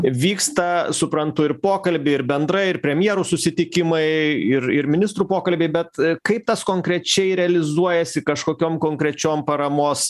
vyksta suprantu ir pokalbiai ir bendrai ir premjerų susitikimai ir ir ministrų pokalbiai bet kaip tas konkrečiai realizuojasi kažkokiom konkrečiom paramos